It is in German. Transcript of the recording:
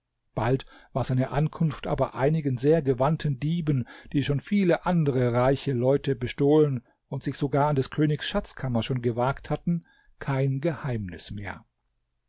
bald war seine ankunft aber einigen sehr gewandten dieben die schon viele andere reiche leute bestohlen und sich sogar an des königs schatzkammer schon gewagt hatten kein geheimnis mehr